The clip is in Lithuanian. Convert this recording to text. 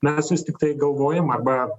mes vis tiktai galvojam arba